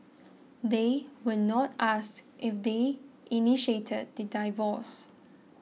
they were not asked if they initiated the divorce